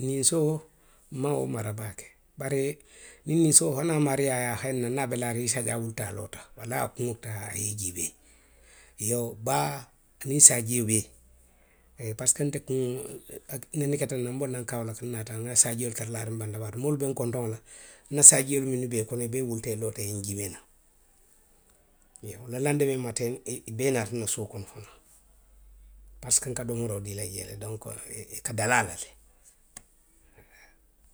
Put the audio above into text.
Ninsoo, nmaŋ wo mara baake. Bari niŋ ninsoo fanaŋ maario a ye a hayinaŋ niŋ a be laariŋ i se a je wulita a loota, walla a ye a kuŋo taa a ye i jiibee. Iyoo baa aniŋ saajio bee, parisiko nte kuŋo, a nene keta na le nbonaŋ kawulaka nnaata nŋa saajiolu tara laariŋ bantabaa to, moolu be nkontoŋo la. nna saajiolu minnu be i kono, i bee wulita i loota i ye njiibeenaŋ. Iyoo, le landemee mateŋ, i, i bee naata nna suo kono faanaŋ. parisiko n ka domooroo dii i la jee le. Donku. i, i ka dali a la le. walaa